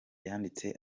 yanditse